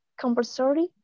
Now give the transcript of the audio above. compulsory